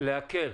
להקל